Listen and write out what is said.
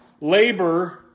Labor